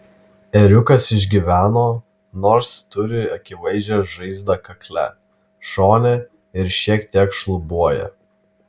ėriukas išgyveno nors turi akivaizdžią žaizdą kakle šone ir šiek tiek šlubuoja